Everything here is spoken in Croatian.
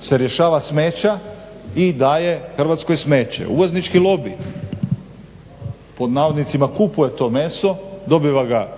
se rješava smeća i daje Hrvatskoj smeće. Uvoznički lobi pod navodnicima kupuje to meso, dobiva ga